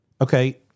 okay